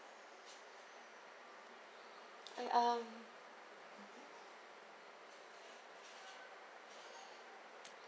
I um